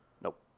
Nope